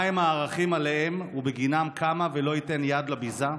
מהם הערכים שעליהם ובגינם קמה, ולא ייתן יד לביזה?